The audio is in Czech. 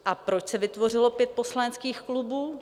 A proč se vytvořilo pět poslaneckých klubů?